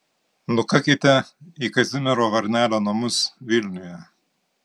nukakite į kazimiero varnelio namus vilniuje